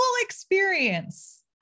experience